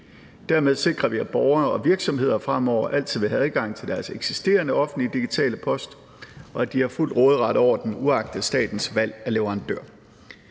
Dermed sikrer vi, at borgere og virksomheder fremover altid vil have adgang til deres eksisterende offentlige digitale post, og at de har fuld råderet over den uagtet statens valg af leverandør.